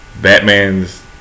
Batman's